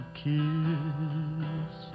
kiss